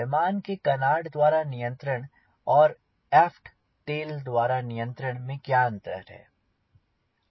विमान के कनार्ड द्वारा नियंत्रण और एफ्ट टेल द्वारा नियंत्रण में क्या अंतर है